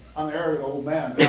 arrogant old man